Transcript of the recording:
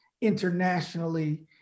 internationally